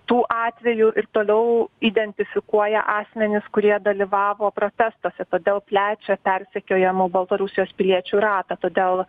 tų atvejų ir toliau identifikuoja asmenis kurie dalyvavo protestuose todėl plečia persekiojamų baltarusijos piliečių ratą todėl